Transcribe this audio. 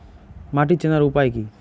মাটি চেনার উপায় কি?